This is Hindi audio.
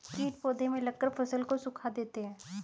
कीट पौधे में लगकर फसल को सुखा देते हैं